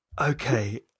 Okay